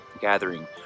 Gathering